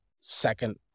second